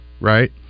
right